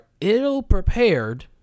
ill-prepared